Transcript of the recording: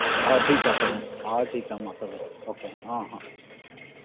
ᱦᱳᱭ ᱴᱷᱤᱠᱟ ᱛᱚᱵᱮ ᱦᱳᱭ ᱴᱷᱤᱠᱟ ᱢᱟ ᱛᱚᱵᱮ ᱳᱠᱮ ᱦᱮᱸ ᱦᱮᱸ